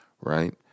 right